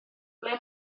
ble